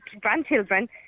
grandchildren